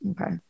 Okay